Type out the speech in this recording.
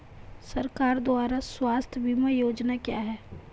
सरकार द्वारा स्वास्थ्य बीमा योजनाएं क्या हैं?